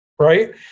right